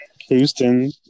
Houston